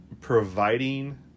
providing